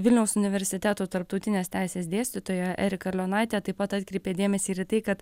vilniaus universiteto tarptautinės teisės dėstytoja erika leonaitė taip pat atkreipė dėmesį ir tai kad